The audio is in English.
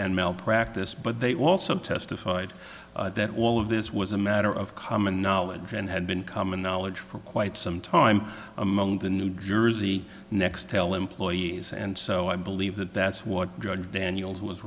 and malpractise but they also testified that all of this was a matter of common knowledge and had been common knowledge for quite some time among the new jersey nextel employees and so i believe that that's what drug daniels was